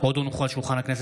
הצעת חוק-יסוד: